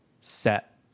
set